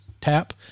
tap